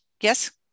Yes